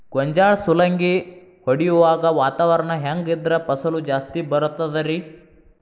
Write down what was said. ಗೋಂಜಾಳ ಸುಲಂಗಿ ಹೊಡೆಯುವಾಗ ವಾತಾವರಣ ಹೆಂಗ್ ಇದ್ದರ ಫಸಲು ಜಾಸ್ತಿ ಬರತದ ರಿ?